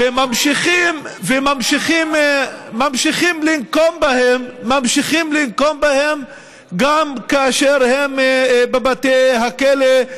וממשיכים לנקום בהם גם כאשר הם בבתי הכלא.